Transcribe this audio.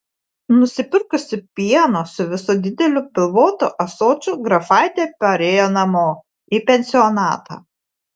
nusipirkusi pieno su visu dideliu pilvotu ąsočiu grafaitė parėjo namo į pensionatą